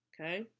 Okay